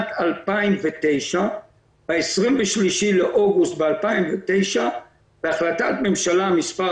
בשנת 2009 ב-23 לאוגוסט ב-2009 בהחלטת ממשלה מספר